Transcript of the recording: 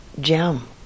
gem